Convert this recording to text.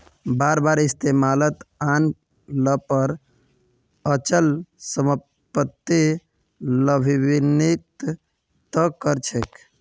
बार बार इस्तमालत आन ल पर अचल सम्पत्ति लाभान्वित त कर छेक